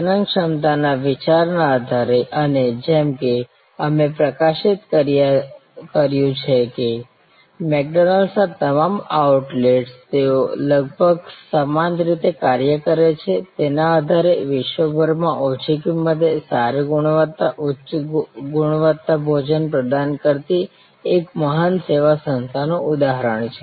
પ્રજનનક્ષમતાના વિચારના આધારે અને જેમ કે અમે પ્રકાશિત કર્યું છે કે મેકડોનાલ્ડ્સના તમામ આઉટલેટ્સ તેઓ લગભગ સમાન રીતે કાર્ય કરે છે તેના આધારે વિશ્વભરમાં ઓછી કિંમતે સારી ગુણવત્તા ઉચ્ચ ગુણવત્તા ભોજન પ્રદાન કરતી એક મહાન સેવા સંસ્થાનું ઉદાહરણ છે